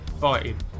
Fighting